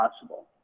possible